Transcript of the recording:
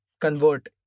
convert